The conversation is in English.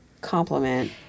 compliment